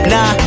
Nah